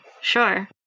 sure